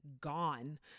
gone